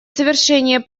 совершение